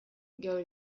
geure